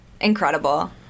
incredible